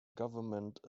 government